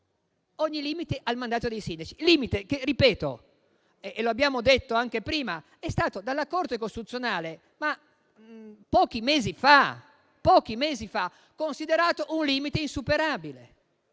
ogni limite al mandato dei sindaci; un limite che - ripeto e lo abbiamo detto anche prima - è stato dalla Corte costituzionale, pochi mesi fa, considerato insuperabile,